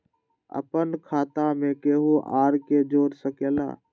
अपन खाता मे केहु आर के जोड़ सके ला?